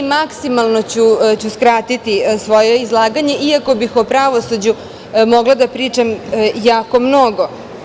Maksimalno ću skratiti svoje izlaganje, iako bih o pravosuđu mogla da pričam jako mnogo.